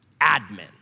admin